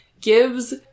gives